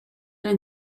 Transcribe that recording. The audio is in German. ein